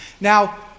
Now